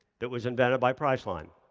that was invented by priceline.